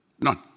None